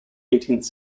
eighteenth